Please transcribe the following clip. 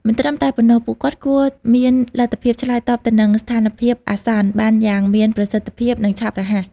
មិនត្រឹមតែប៉ុណ្ណោះ ពួកគាត់គួរមានលទ្ធភាពឆ្លើយតបទៅនឹងស្ថានភាពអាសន្នបានយ៉ាងមានប្រសិទ្ធភាពនិងឆាប់រហ័ស។